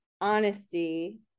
honesty